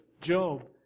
Job